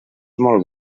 molt